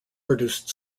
produced